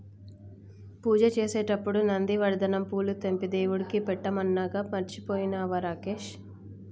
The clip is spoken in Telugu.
పూజ చేసేటప్పుడు నందివర్ధనం పూలు తెంపి దేవుడికి పెట్టమన్నానుగా మర్చిపోయినవా రాకేష్